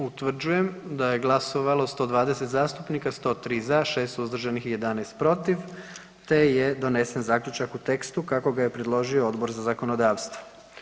Utvrđujem da je glasovalo 120 zastupnika, 103 za, 6 suzdržanih i 11 protiv te je donesen Zaključak u tekstu kako ga je predložio Odbor za zakonodavstvo.